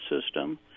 system